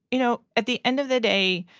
you know, at the end of the day,